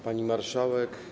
Pani Marszałek!